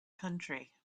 country